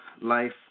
Life